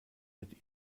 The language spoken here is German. mit